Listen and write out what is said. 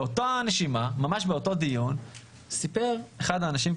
באותה הנשימה ממש באותו דיון סיפר אחד האנשים,